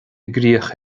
gcrích